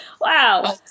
wow